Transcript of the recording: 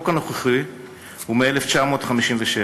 החוק הנוכחי הוא מ-1957,